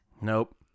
Nope